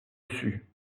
sut